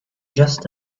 just